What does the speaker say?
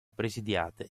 presidiate